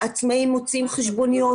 עצמאיים מוציאים חשבוניות,